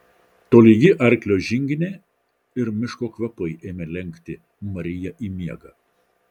tolygi arklio žinginė ir miško kvapai ėmė lenkti mariją į miegą